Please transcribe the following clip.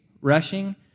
rushing